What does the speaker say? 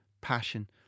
passion